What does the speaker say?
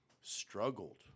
struggled